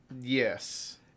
Yes